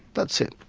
that's it.